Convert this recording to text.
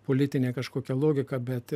politinė kažkokia logika bet